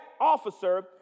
officer